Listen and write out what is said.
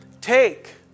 Take